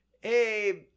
hey